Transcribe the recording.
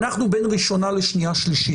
אנחנו בין קריאה ראשונה לקריאה שנייה שלישית.